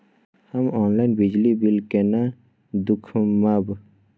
हम ऑनलाईन बिजली बील केना दूखमब?